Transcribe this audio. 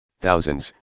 thousands